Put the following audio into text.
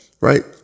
Right